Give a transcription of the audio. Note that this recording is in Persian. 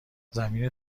زمینه